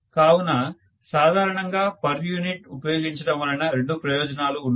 కావున సాధారణంగా per unit ఉపయోగించడం వలన రెండు ప్రయోజనాలు ఉన్నాయి